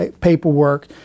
paperwork